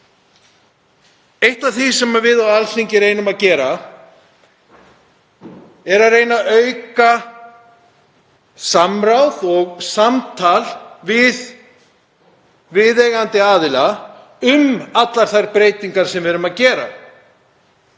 Eitt af því sem við á Alþingi reynum að gera er að reyna að auka samráð og samtal við viðeigandi aðila um allar þær breytingar sem við erum að gera.